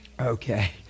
Okay